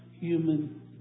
human